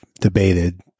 debated